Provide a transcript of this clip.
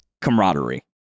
Camaraderie